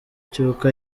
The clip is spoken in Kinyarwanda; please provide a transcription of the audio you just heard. cy’uko